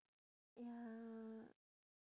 ya